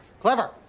Clever